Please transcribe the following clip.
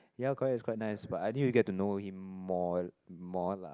yea quite is quite nice but I think you get to know him more more lah